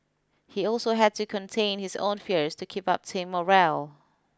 he also had to contain his own fears to keep up team morale